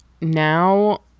now